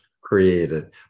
created